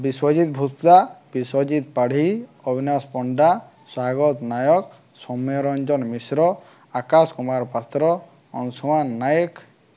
Biswajit Bhusta Biswajit Padhi Abhinash Panda Swagat Nayak Soumyaranjan Mishra Akash Kumar Patra Anshuman Nayak